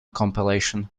compilation